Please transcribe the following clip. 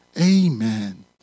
Amen